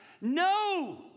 No